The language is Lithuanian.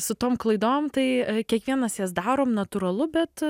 su tom klaidom tai kiekvienas jas darom natūralu bet